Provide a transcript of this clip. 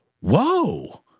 whoa